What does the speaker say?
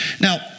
Now